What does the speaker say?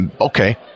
Okay